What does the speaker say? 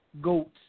GOATs